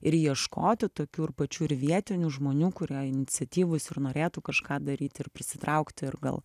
ir ieškoti tokių ir pačių ir vietinių žmonių kurie iniciatyvūs ir norėtų kažką daryt ir prisitraukti ir gal